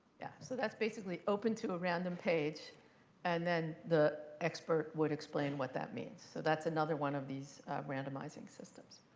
yeah. so that's basically open to a random page and then the expert would explain what that means. so that's another one of these randomizing systems.